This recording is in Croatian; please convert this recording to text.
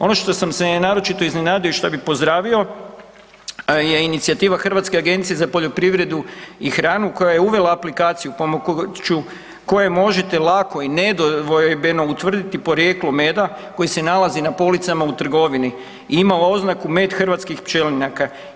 Ono što sam se naročito iznenadio i što bi pozdravio je inicijativa Hrvatske agencije za poljoprivredu i hranu koja je uvela aplikaciju pomoću koje možete lako i nedvojbeno utvrditi porijeklo meda koji se nalazi na policama u trgovini i ima oznaku Med hrvatskih pčelinjaka.